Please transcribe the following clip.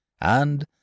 and